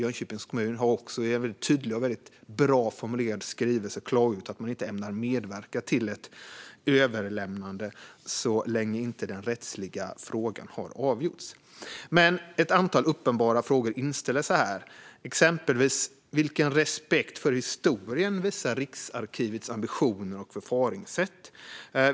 Jönköpings kommun har i tydliga och bra formulerade skrivelser klargjort att man inte ämnar medverka till ett överlämnande så länge inte den rättsliga frågan har avgjorts. Ett antal uppenbara frågor inställer sig här, exempelvis: Vilken respekt för historien visar Riksarkivets ambitioner och förfaringssätt?